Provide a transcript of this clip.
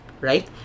right